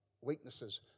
weaknesses